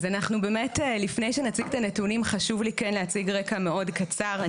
אז אנחנו באמת לפני שנציג את הנתונים חשוב לי כן להציג רקע מאוד קצר.